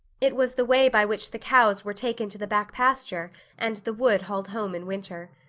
it was the way by which the cows were taken to the back pasture and the wood hauled home in winter.